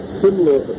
similar